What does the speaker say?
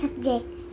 subject